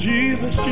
Jesus